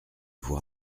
vous